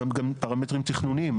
קיימים גם פרמטרים תכנוניים,